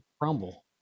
crumble